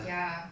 ya